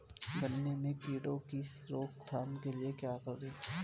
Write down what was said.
गन्ने में कीड़ों की रोक थाम के लिये क्या करें?